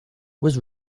was